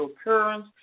occurrence